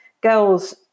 girls